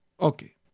Okay